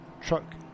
truck